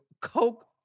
Coke